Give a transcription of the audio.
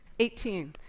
eighteen,